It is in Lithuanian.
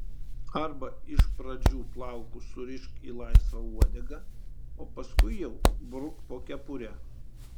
arba iš pradžių plaukus surišk į laisvą uodegą o paskui jau bruk po kepure